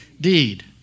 deed